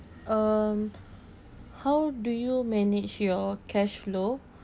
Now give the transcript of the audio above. um how do you manage your cash flow